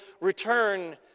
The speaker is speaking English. return